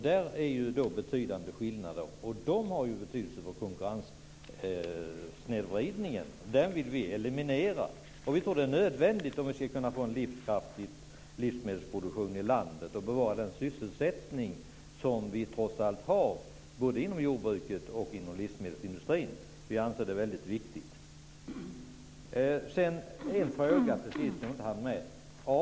Där finns betydande skillnader, och de har betydelse för konkurrenssnedvridningen. Den vill vi eliminera, och det är nödvändigt om vi ska få en livskraftig livsmedelsproduktion i landet och bevara den sysselsättning som vi trots allt har inom jordbruket och livsmedelsindustrin. Jag har en fråga som jag inte hann med.